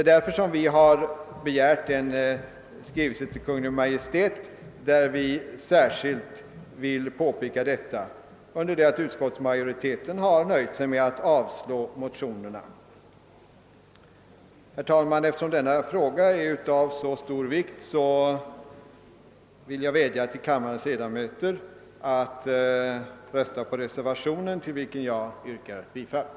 Av den anledningen har vi begärt att riksdagen i skrivelse till Kungl. Maj:t påpekar detta. Utskottsmajoriteten har däremot nöjt sig med att avstyrka motionerna. Eftersom denna fråga är av så stor vikt vädjar jag till kammarens ledamöter att rösta på reservationen, till vilken jag yrkar bifall.